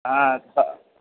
हा सः